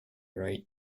rate